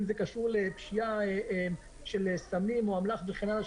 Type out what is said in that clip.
אם זה קשור לפשיעה של סמים או אמל"ח וכן הלאה,